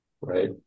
Right